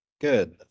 Good